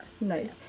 nice